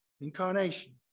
incarnation